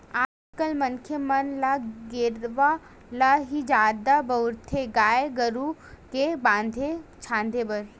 आज कल मनखे मन ल गेरवा ल ही जादा बउरथे गाय गरु के बांधे छांदे बर